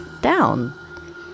down